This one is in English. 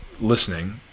listening